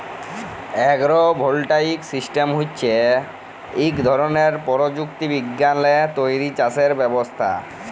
agro voltaic system হছে ইক ধরলের পরযুক্তি বিজ্ঞালে তৈরি চাষের ব্যবস্থা